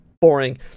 boring